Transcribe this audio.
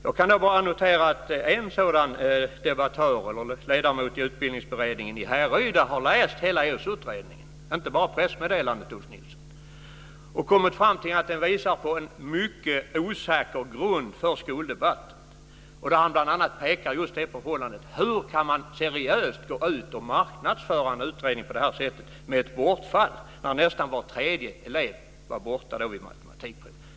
Jag kan bara notera att en sådan ledamot i utbildningsberedningen i Härryda har läst ESO utredningen, och inte bara pressmeddelandet, och kommit fram till att den visar på en mycket osäker grund för skoldebatten. Han pekar bl.a. på just det förhållandet att man seriöst går ut och marknadsför en utredning på det här sättet, när nästan var tredje elev var borta från matematikundervisningen.